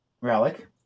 relic